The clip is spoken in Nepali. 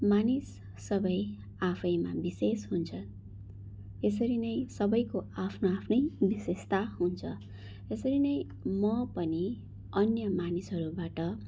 मानिस सबै आफैमा विशेष हुन्छ यसरी नै सबैको आफ्नो आफ्नै विशेषता हुन्छ यसरी नै म पनि अन्य मानिसहरूबाट